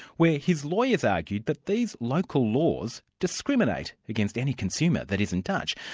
where his lawyers argued that these local laws discriminate against any consumer that isn't dutch,